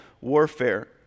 warfare